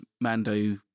Mando